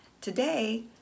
Today